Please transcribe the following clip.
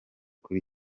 kuri